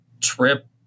trip